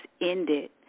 ended